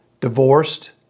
divorced